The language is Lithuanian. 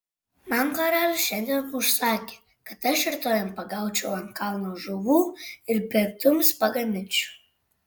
man karalius šiandien užsakė kad aš rytoj jam pagaučiau ant kalno žuvų ir pietums pagaminčiau